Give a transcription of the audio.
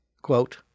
Quote